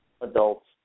adults